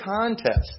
contest